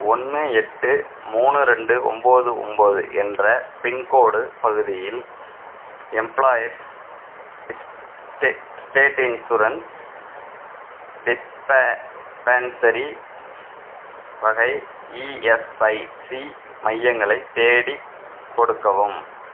ஒன்று எட்டு மூணு ரெண்டு ஒன்போது ஒன்போது என்ற பின்கோடு பகுதியில் எம்ப்ளாயீஸ் ஸ்டேட் இன்சூரன்ஸ் டிஸ்ப டிஸ்பென்சரி வகை இஎஸ்ஐசி மையங்களைத் தேடிக் கொடுக்கவும்